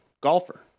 Golfer